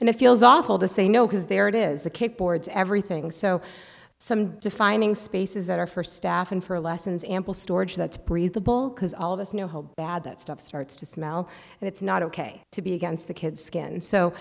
and i feels awful to say no because there it is the kick boards everything so some defining spaces that are for staff and for lessons ample storage that's breathable because all of us know how bad that stuff starts to smell and it's not ok to be against the kids skin so